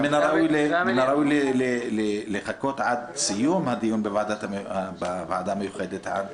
מן הראוי לחכות עד סיום הדיון בוועדה המיוחדת עד